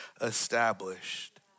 established